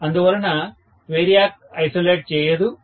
అందువలన variac isolate చేయదు